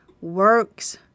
works